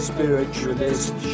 Spiritualist